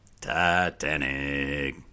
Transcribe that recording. Titanic